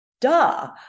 duh